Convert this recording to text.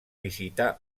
visitar